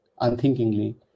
unthinkingly